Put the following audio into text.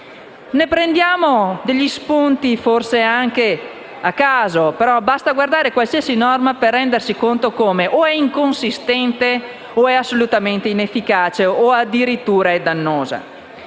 Prendiamo degli spunti, anche a caso, perché basta guardare qualsiasi norma per rendersi conto di come essa sia inconsistente, assolutamente inefficace o addirittura dannosa.